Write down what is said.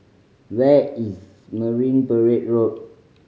where is Marine Parade Road